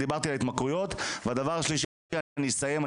דיברתי על התמכרויות והדבר השלישי אני אסיים,